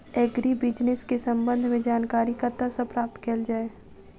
Agri business केँ संबंध मे जानकारी कतह सऽ प्राप्त कैल जाए?